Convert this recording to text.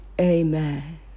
amen